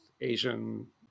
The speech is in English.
Asian